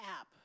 app